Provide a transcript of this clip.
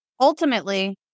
ultimately